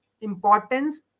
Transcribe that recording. importance